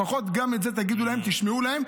לפחות גם את זה תגידו להם: תשמעו להם,